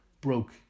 broke